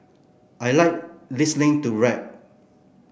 I like listening to rap